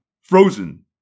Frozen